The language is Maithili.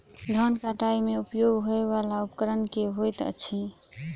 धान कटाई मे उपयोग होयवला उपकरण केँ होइत अछि?